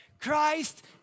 Christ